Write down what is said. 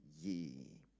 ye